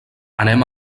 anem